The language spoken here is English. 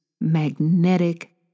magnetic